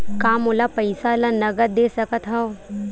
का मोला पईसा ला नगद दे सकत हव?